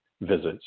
visits